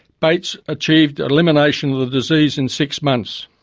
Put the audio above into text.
bates achieved elimination of the disease in six months.